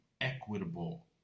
equitable